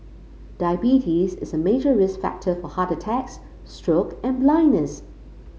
diabetes is a major risk factor for heart attacks stroke and blindness